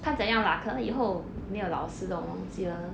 看怎样 lah 可能以后没有老师这种东西了呢